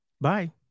Bye